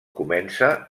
comença